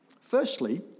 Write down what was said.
Firstly